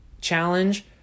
challenge